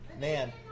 Man